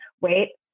wait